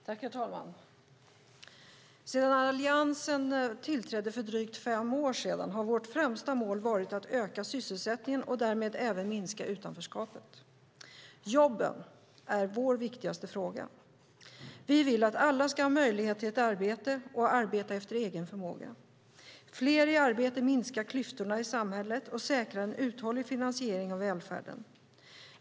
Herr talman! Sedan Alliansen tillträdde för drygt fem år sedan har vårt främsta mål varit att öka sysselsättningen och därmed även minska utanförskapet. Jobben är vår viktigaste fråga. Vi vill att alla ska ha möjlighet till ett arbete och arbeta efter egen förmåga. Fler i arbete minskar klyftorna i samhället och säkrar en uthållig finansiering av välfärden.